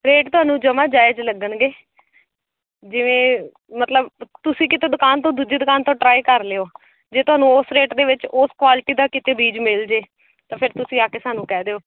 rate ਤੁਹਾਨੂੰ ਜਮਾ ਜਾਇਜ਼ ਲੱਗਣਗੇ ਜਿਵੇਂ ਮਤਲਬ ਤੁਸੀਂ ਕਿਤੋਂ ਦੁਕਾਨ ਤੋਂ ਦੂਜੀ ਦੁਕਾਨ ਤੋਂ ਟਰਾਈ ਕਰ ਲਿਓ ਜੇ ਤੁਹਾਨੂੰ ਉਸ ਰੇਟ ਦੇ ਵਿੱਚ ਉਸ ਕੁਆਲਿਟੀ ਦਾ ਕਿਤੇ ਬੀਜ ਮਿਲ ਜਾਵੇ ਤਾਂ ਫਿਰ ਤੁਸੀਂ ਆ ਕੇ ਸਾਨੂੰ ਕਹਿ ਦਿਓ